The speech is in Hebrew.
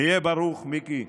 היה ברוך, מיקי,